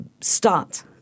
start